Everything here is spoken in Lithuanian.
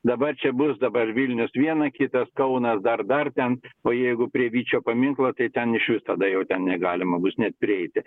dabar čia bus dabar vilnius vieną kitas kauną dar dar ten o jeigu prie vyčio paminklo tai ten iš vis tada jau ten negalima bus net prieiti